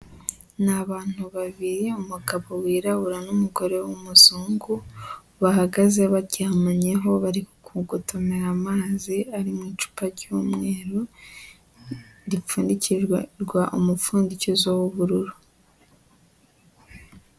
Ni abantu babiri, umugabo wirabura n'umugore w'umuzungu bahagaze baryamanyeho. Bari kugotomera amazi ari mu icupa cy'umweru ripfundikizwa umupfundikizo w'ubururu.